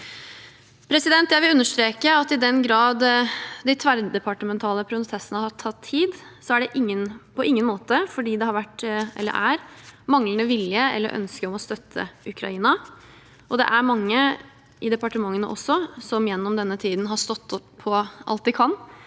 komiteen. Jeg vil understreke at i den grad de tverrdepartementale prosessene har tatt tid, er det på ingen måte fordi det har vært, eller er, manglende vilje til eller ønske om å støtte Ukraina. Det er mange i departementene som gjennom denne tiden har stått på alt de kan